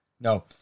No